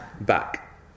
back